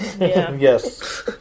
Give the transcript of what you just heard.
Yes